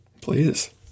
Please